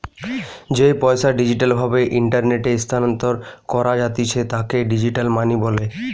যেই পইসা ডিজিটাল ভাবে ইন্টারনেটে স্থানান্তর করা জাতিছে তাকে ডিজিটাল মানি বলে